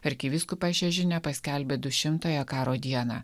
arkivyskupas šią žinią paskelbė du šimtąją karo dieną